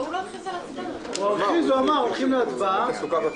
אנחנו נצביע על